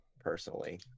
personally